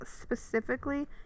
specifically